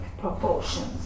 proportions